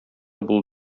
булу